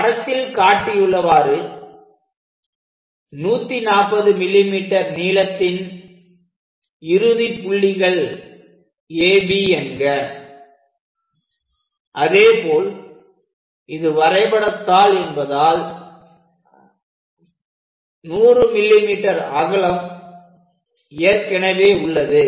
படத்தில் காட்டியுள்ளவாறு 140 mm நீளத்தின் இறுதி புள்ளிகள் AB என்க அதேபோல் இது வரைபடத்தாள் என்பதால் 100 mm அகலம் ஏற்கனவே உள்ளது